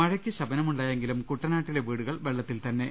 മഴയ്ക്ക് ശമനമുണ്ടായെങ്കിലും കുട്ടനാട്ടിലെ വീടുകൾ വെള്ള ത്തിൽത്തന്നെ